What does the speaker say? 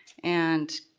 and